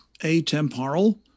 Atemporal